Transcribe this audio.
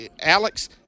Alex